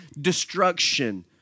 destruction